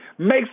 makes